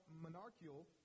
monarchical